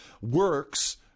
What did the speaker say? works